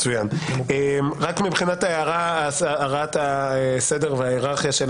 מבחינת הסדר וההיררכיה,